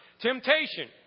Temptation